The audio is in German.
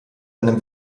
einem